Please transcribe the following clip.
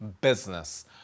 business